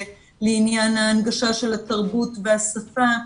לעניין ההנגשה של התרבות והשפה,